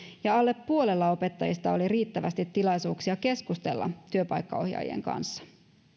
ja alle puolella opettajista oli riittävästi tilaisuuksia keskustella työpaikkaohjaajien kanssa